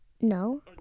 no